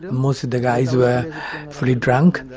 most of the guys were fully drunk,